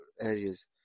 areas